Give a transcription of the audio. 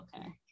okay